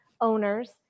owners